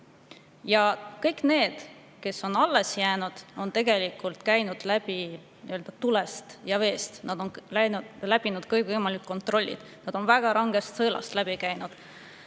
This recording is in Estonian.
49. Kõik, kes on alles jäänud, on tegelikult käinud läbi tulest ja veest, nad on läbinud kõikvõimalikud kontrollid, nad on väga rangest sõelast läbi käinud.